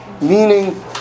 Meaning